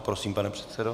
Prosím, pane předsedo.